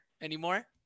anymore